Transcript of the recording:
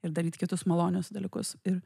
ir daryt kitus malonius dalykus ir